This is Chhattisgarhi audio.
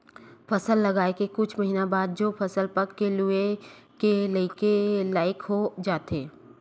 फसल लगाए के कुछ महिना बाद जब ओ फसल पक के लूए के लइक हो जाथे